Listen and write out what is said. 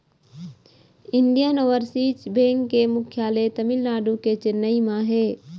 Indian overseas bank के मुख्यालय तमिलनाडु के चेन्नई म हे